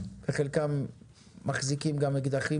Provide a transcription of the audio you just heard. וחלקם גם מחזיקים אקדחים